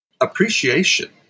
appreciation